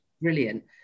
brilliant